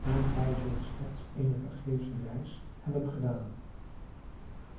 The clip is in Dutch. en gij zult slechts eene vergeefsche reis hebben gedaan